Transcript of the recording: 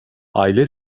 aile